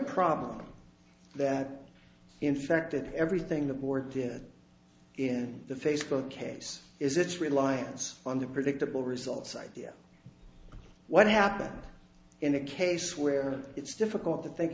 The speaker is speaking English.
problem that infected everything the board did in the facebook case is its reliance on the predictable results idea what happens in a case where it's difficult to think